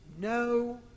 no